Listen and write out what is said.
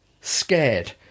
scared